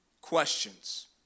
questions